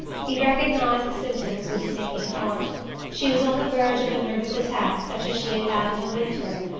he recognized the symptoms with a sinking heart she was on the verge of a nervous attack such as she had had in the winter,